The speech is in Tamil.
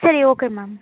சரி ஓகே மேம்